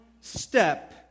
step